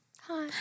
Hi